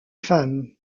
femme